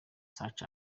such